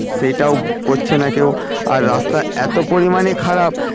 সেইটাও করছে না কেউ আর রাস্তা এত পরিমাণে খারাপ